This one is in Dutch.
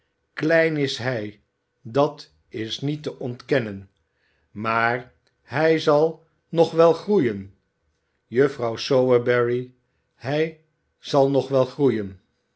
klein is hij dat is niet te ontkennen maar hij zal nog wel groeien juffrouw sowerberry hij zal nog wel groeien